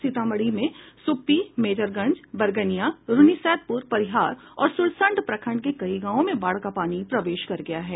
सीतामढ़ी में सुप्पी मेजरगंज बैरगनिया रून्नीसैदपुर परिहार और सुरसंड प्रखंड के कई गांवों में बाढ़ का पानी प्रवेश कर गया है